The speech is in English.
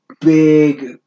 big